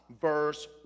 verse